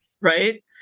right